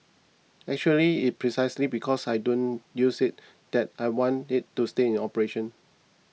actually it's precisely because I don't use it that I want it to stay in operation